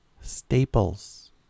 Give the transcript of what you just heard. Staples